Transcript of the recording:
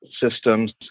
systems